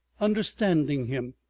understanding him,